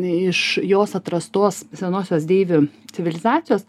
iš jos atrastos senosios deivių civilizacijos